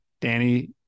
Danny